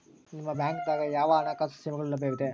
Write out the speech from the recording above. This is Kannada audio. ನಿಮ ಬ್ಯಾಂಕ ದಾಗ ಯಾವ ಹಣಕಾಸು ಸೇವೆಗಳು ಲಭ್ಯವಿದೆ?